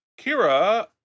kira